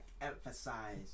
emphasize